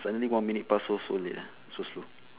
suddenly one minute pass so slow ya so slow